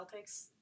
Celtics